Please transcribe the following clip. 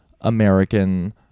American